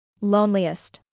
Loneliest